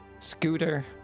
Scooter